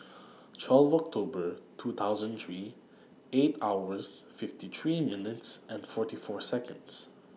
twelve October two thousand three eight hours fifty three minutes and forty four Seconds